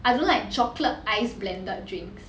I don't like chocolate ice blended drinks